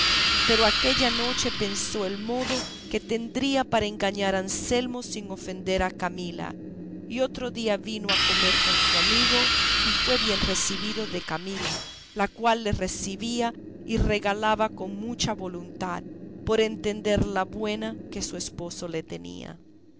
pero aquella noche pensó el modo que tendría para engañar a anselmo sin ofender a camila y otro día vino a comer con su amigo y fue bien recebido de camila la cual le recebía y regalaba con mucha voluntad por entender la buena que su esposo le tenía